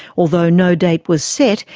although no date was set,